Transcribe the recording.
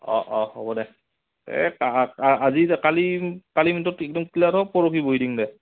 অঁ অঁ হ'ব দে এই আজি কালি কালি একদম ক্লিয়াৰ হওক পৰহি বহি দিম দে